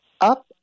up